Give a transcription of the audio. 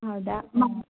ಹೌದಾ ಮಾ